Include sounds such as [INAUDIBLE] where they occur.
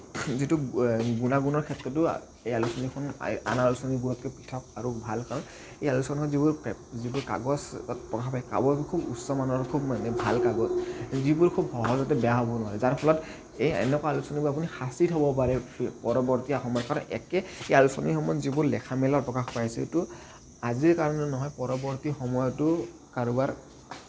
যিটো গুণাগুণৰ ক্ষেত্ৰতো এইলআলোচনীখন আন আলোচনীবোৰতকে পৃথক আৰু ভাল কাৰণ এই আলোচনীখনত যিবোৰ যিবোৰ কাগছৰ [UNINTELLIGIBLE] খুব উচ্চমানৰ খুব মানে ভাল কাগজ যিবোৰ খুব সহজতে বেয়া হ'ব নোৱাৰে যাৰ ফলত এই এনেকুৱা আলোচনীবোৰ আপুনি সাঁচি থ'ব পাৰে পৰৱৰ্তী সময়ৰ কাৰণ একে আলোচনীসমূহত যিবোৰ লেখা মেলা প্ৰকাশ পাইছে সেইটো আজিৰ কাৰণে নহয় পৰৱৰ্তী সময়তো কাৰোবাৰ